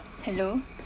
hello